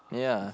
ya